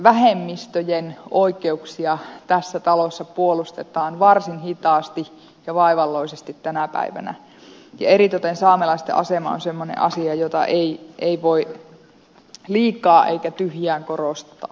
vähemmistöjen oikeuksia tässä talossa puolustetaan varsin hitaasti ja vaivalloisesti tänä päivänä ja eritoten saamelaisten asema on semmoinen asia jota ei voi liikaa eikä tyhjään korostaa